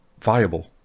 viable